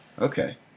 Okay